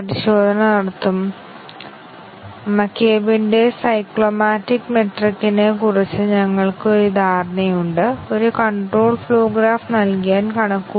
അതിനാൽ സംയുക്ത കണ്ടിഷൻ ശരിയും തെറ്റായ മൂല്യവും എടുക്കണം തീരുമാനത്തിലെ ഓരോ ആറ്റോമിക് അവസ്ഥയും ശരിയും തെറ്റായ മൂല്യവും എടുക്കണം